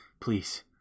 please